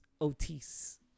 Otis